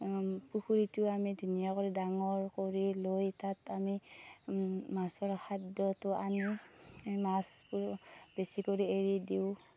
পুখুৰীটো আমি ধুনীয়া কৰি ডাঙৰ কৰি লৈ তাত আমি মাছৰ খাদ্যটো আনি মাছবোৰ বেছি কৰি এৰি দিওঁ